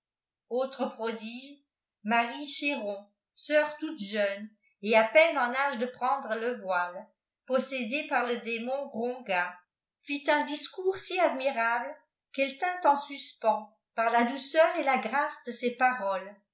autre prodige marie chéron sœuploute jeune el h peine en âge de prendra le voile possédée par le démon grongad fit un courd si admirable qu'elle tint en suspens par la douceur et la grâce de ses ps